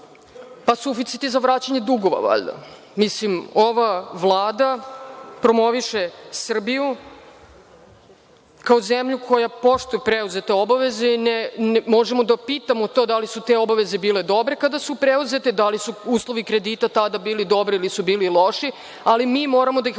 suficit je za vraćanje dugova valjda. Ova Vlada promoviše Srbiju kao zemlju koja poštuje preuzete obaveze i možemo da pitamo da li su te obaveze bile dobre kada su preuzete, da li su uslovi kredita tada bili dobri ili su bili loši, ali mi moramo da ih